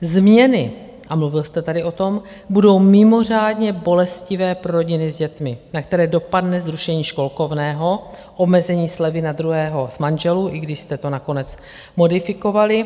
Změny a mluvil jste tady o tom, budou mimořádně bolestivé pro rodiny s dětmi, na které dopadne zrušení školkovného, omezení slevy na druhého z manželů, i když jste to nakonec modifikovali.